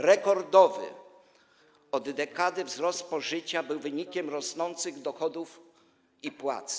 Rekordowy od dekady wzrost spożycia był wynikiem rosnących dochodów i płac.